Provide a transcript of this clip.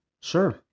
sure